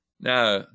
Now